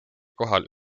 kohal